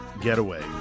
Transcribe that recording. Getaway